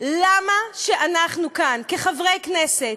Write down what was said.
למה שאנחנו כאן, חברי הכנסת,